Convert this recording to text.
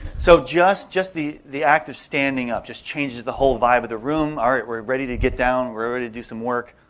so just just the the act of standing up just changes the whole vibe of the room. all right, we're ready to get down, we're ready to do some work.